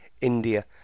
India